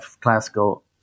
classical